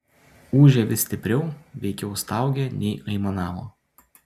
ūžė vis stipriau veikiau staugė nei aimanavo